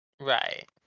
right